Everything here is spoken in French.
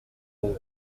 haut